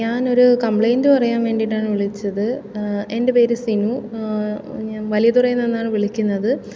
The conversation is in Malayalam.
ഞാനൊരു കമ്പ്ലൈൻ്റ് പറയാൻ വേണ്ടിയിട്ടാണ് വിളിച്ചത് എൻ്റെ പേര് സിനു ഞാൻ വലിയതുറയിൽ നിന്നാണ് വിളിക്കുന്നത്